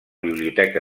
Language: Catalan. biblioteca